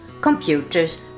computers